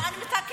לא, מקבלים.